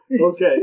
Okay